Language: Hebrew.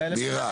מירה.